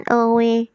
away